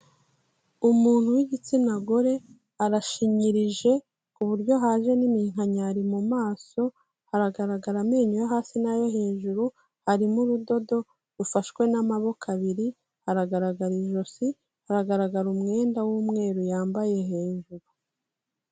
Umuntu w'igitsina gore, arashinyirije ku buryo haje n'iminkanyari mu maso, haragaragara amenyo yo hasi n'ayo hejuru, harimo urudodo rufashwe n'amaboko abiri, aragaragara ijosi, hagaragara umwenda w'umweru yambaye hejuru.